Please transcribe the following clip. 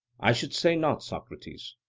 i should say not, socrates.